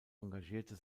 engagierte